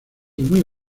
muy